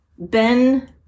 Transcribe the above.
Ben